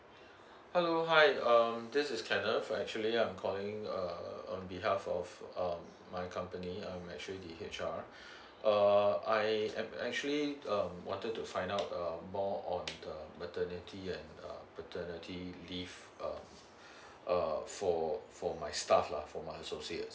hello hi um this is kenneth for actually I'm calling err on behalf of um my company um I'm actually the H R uh I am actually um wanted to find out err more on the maternity and err paternity leave err err for for my staff lah for my associate